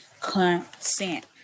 consent